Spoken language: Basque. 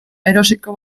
erosiko